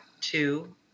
two